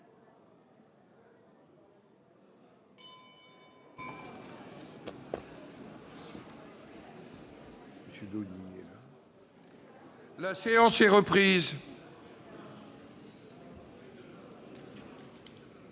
La séance est reprise.